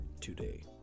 today